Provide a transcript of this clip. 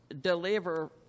deliver